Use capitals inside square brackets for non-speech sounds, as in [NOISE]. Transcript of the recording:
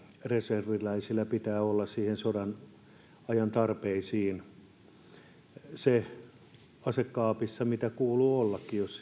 reserviläisillä pitää olla sodanajan tarpeisiin asekaapissa se mitä kuuluu ollakin jos [UNINTELLIGIBLE]